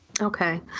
Okay